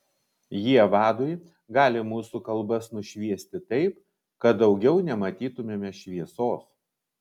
jie vadui gali mūsų kalbas nušviesti taip kad daugiau nematytumėme šviesos